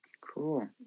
Cool